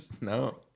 No